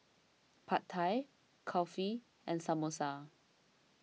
Pad Thai Kulfi and Samosa